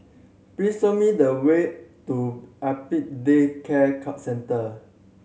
please show me the way to Apex Day Care Center